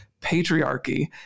patriarchy